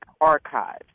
archive